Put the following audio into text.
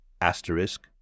Asterisk